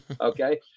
Okay